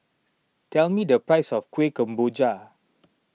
tell me the price of Kuih Kemboja